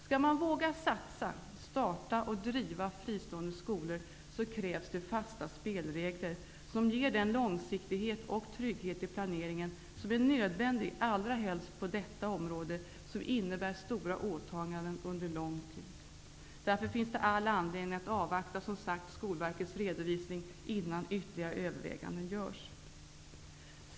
Skall man våga satsa, starta och driva fristående skolor krävs det fasta spelregler, som ger den långsiktighet och trygghet i planeringen som är nödvändig allra helst på detta område, som innebär stora åtaganden under lång tid. Därför finns det, som sagt, all anledning att avvakta Skolverkets redovisning innan ytterligare överväganden görs.